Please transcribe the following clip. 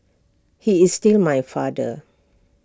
he is still my father